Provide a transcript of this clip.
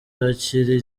yakiriye